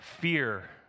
fear